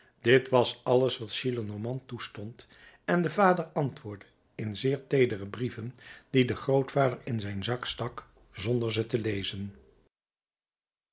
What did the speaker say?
dit was alles wat gillenormand toestond en de vader antwoordde in zeer teedere brieven die de grootvader in zijn zak stak zonder ze te lezen